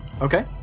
Okay